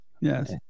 yes